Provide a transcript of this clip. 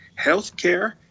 healthcare